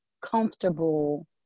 comfortable